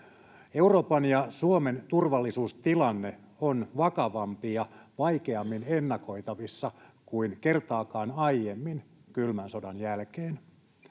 Euroopan ja Suomen turvallisuustilanne on vakavampi ja vaikeammin ennakoitavissa kuin kertaakaan aiemmin kylmän sodan jälkeen.